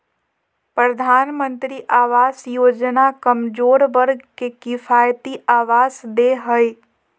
प्रधानमंत्री आवास योजना कमजोर वर्ग के किफायती आवास दे हइ